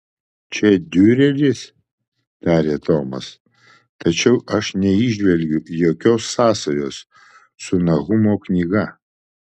čia diureris tarė tomas tačiau aš neįžvelgiu jokios sąsajos su nahumo knyga